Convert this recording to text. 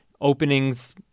openings